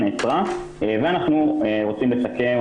אנחנו רוצים לסכם.